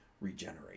regenerate